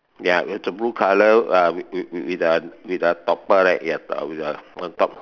ya it's a blue colour uh with with a with a topper right ya with a on top